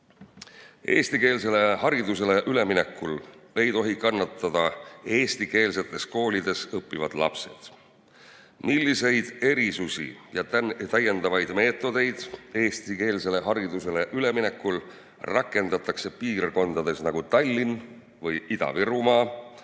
"Eestikeelsele haridusele üleminekul ei tohi kannatada eestikeelsetes koolides õppivad lapsed. Milliseid erisusi ja täiendavaid meetodeid eestikeelsele haridusele üleminekul rakendatakse piirkondades, nagu Tallinn või Ida-Virumaa,